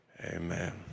Amen